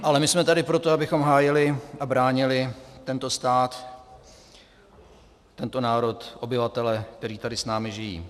Ale my jsme tady pro to, abychom hájili a bránili tento stát, tento národ, obyvatele, kteří tady s námi žijí.